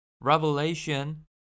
Revelation